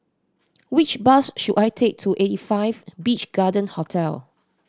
which bus should I take to Eighty Five Beach Garden Hotel